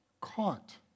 caught